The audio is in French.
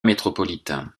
métropolitain